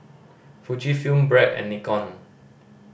Fujifilm Bragg and Nikon